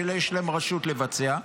שיש להם רשות לבצע,